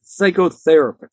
psychotherapist